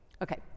Okay